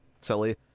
silly